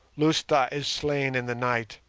lousta is slain in the night,